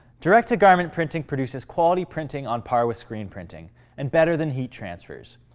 direct-to-garment printing produces quality printing on par with screen printing and better than heat transfers.